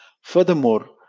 Furthermore